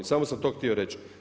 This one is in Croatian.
Samo sam to htio reći.